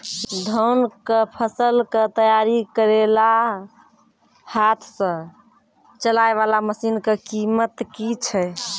धान कऽ फसल कऽ तैयारी करेला हाथ सऽ चलाय वाला मसीन कऽ कीमत की छै?